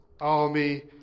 army